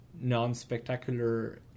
non-spectacular